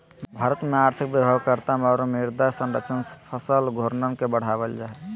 भारत में और्थिक व्यवहार्यता औरो मृदा संरक्षण फसल घूर्णन के बढ़ाबल जा हइ